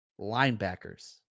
linebackers